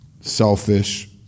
selfish